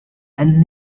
and